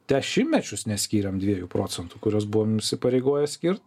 dešimtmečius neskyrėm dviejų procentų kuriuos buvom įsipareigoję skirt